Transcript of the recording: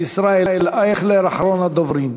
ישראל אייכלר, אחרון הדוברים.